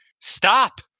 stop